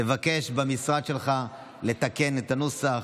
תבקש במשרד שלך לתקן את הנוסח.